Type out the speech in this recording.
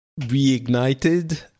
reignited